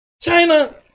China